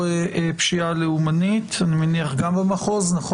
אני רוצה לפתוח את הדיון בחיזוק ידיו של נשיא המדינה על